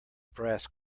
brass